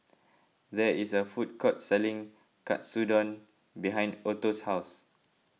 there is a food court selling Katsudon behind Otto's house